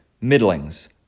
middlings